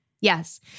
yes